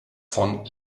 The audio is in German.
von